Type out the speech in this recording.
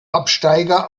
absteiger